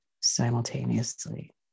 simultaneously